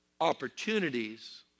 opportunities